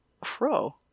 crow